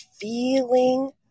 feeling